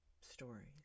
stories